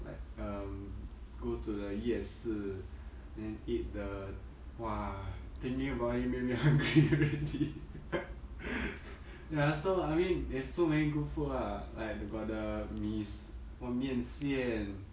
like um go to the 夜市 then eat the !wah! thinking about it make me hungry already ya so I mean there's so many good food lah like got the mee su~ what 面线